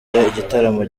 igitaramo